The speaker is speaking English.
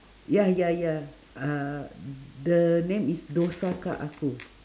ya ya ya uh the name is dosakah aku